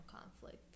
conflict